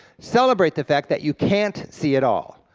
celebrate the fact that you can't see it all,